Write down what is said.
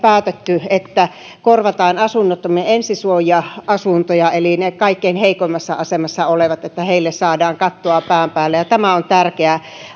päätetty että korvataan asunnottomien ensisuoja asuntoja niin että kaikkein heikoimmassa asemassa oleville saadaan kattoa pään päälle tämä on tärkeä